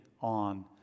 on